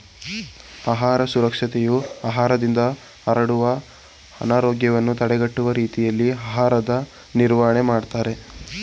ಆಹಾರ ಸುರಕ್ಷತೆಯು ಆಹಾರದಿಂದ ಹರಡುವ ಅನಾರೋಗ್ಯವನ್ನು ತಡೆಗಟ್ಟುವ ರೀತಿಯಲ್ಲಿ ಆಹಾರದ ನಿರ್ವಹಣೆ ಮಾಡ್ತದೆ